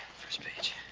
first page.